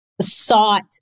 sought